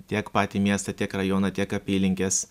tiek patį miestą tiek rajoną tiek apylinkes